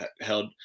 held